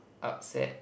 upset